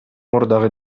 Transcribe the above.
мурдагы